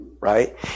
right